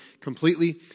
completely